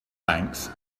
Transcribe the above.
thanks